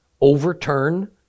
overturn